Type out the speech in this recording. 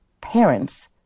parents